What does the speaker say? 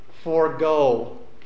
Forgo